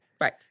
Right